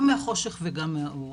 גם מהחושך וגם מהאור.